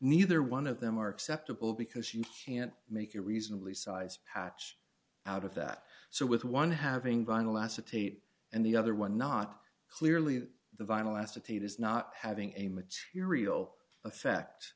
neither one of them are acceptable because you can't make a reasonably sized patch out of that so with one having vinyl acetate and the other one not clearly the vinyl acetate is not having a material effect